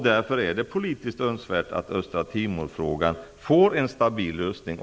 Därför är det politiskt önskvärt att problemet med Östra Timor får en stabil lösning.